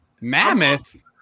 Mammoth